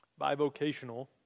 Bivocational